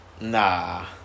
Nah